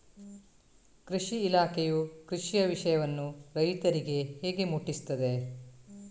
ಕೃಷಿ ಇಲಾಖೆಯು ಕೃಷಿಯ ವಿಷಯವನ್ನು ರೈತರಿಗೆ ಹೇಗೆ ಮುಟ್ಟಿಸ್ತದೆ?